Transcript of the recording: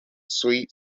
sweet